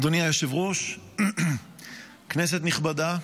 אדוני היושב-ראש, כנסת נכבדה,